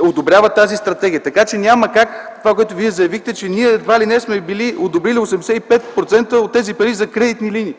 одобрява тази стратегия. Така че няма как това, което Вие заявихте, че ние едва ли не сме били одобрили 85% от тези пари за кредитни линии.